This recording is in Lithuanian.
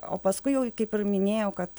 o paskui jau kaip ir minėjau kad